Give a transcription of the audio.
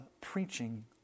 preaching